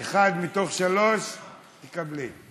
אחד מתוך שלושה, תקבלי.